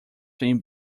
thing